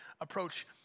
approach